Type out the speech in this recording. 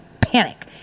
panic